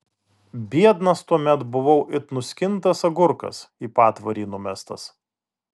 biednas tuomet buvau it nuskintas agurkas į patvorį numestas